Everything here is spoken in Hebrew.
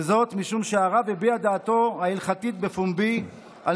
וזאת משום שהרב הביע דעתו ההלכתית בפומבי על